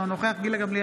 אינו נוכח גילה גמליאל,